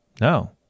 No